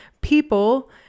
people